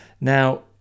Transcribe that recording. Now